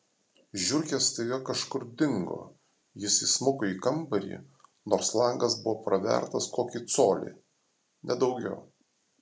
žiurkės staiga kažkur dingo jis įsmuko į kambarį nors langas buvo pravertas kokį colį ne daugiau